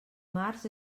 març